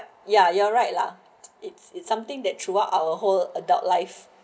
ya you are right lah it's it's something that throughout our whole adult life